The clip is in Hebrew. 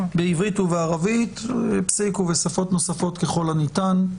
בעברית ובערבית ובשפות נוספות, ככל הניתן.